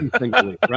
right